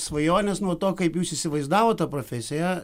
svajonės nuo to kaip jūs įsivaizdavot tą profesiją